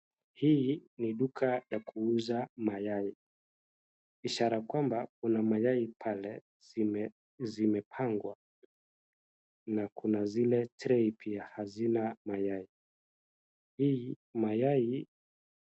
Hii ni duka la kuuza mayai, ishaara kwamba kuna mayai pale zimepangwa na kuna zile tray pia hazina mayai. Hii mayai.